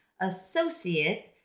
associate